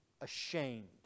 ashamed